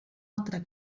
altra